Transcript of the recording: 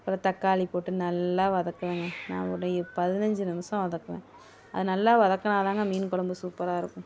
ஒரு தக்காளி போட்டு நல்லா வதக்குவேங்க நான் ஒரு பதினைஞ்சி நிமிஷம் வதக்குவேன் அது நல்லா வதக்கினா தாங்க மீன் குழம்பு சூப்பராயிருக்கும்